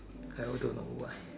I also don't know why